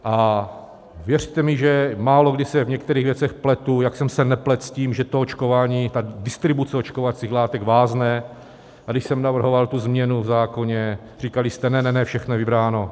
A věřte mi, že málokdy se v některých věcech pletu, jak jsem se nepletl s tím, že očkování, distribuce očkovacích látek vázne, a když jsem navrhoval změnu v zákoně, říkali jste: Ne, ne, ne, všechno je vybráno.